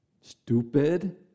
Stupid